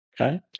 Okay